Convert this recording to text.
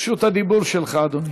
רשות הדיבור שלך, אדוני.